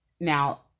Now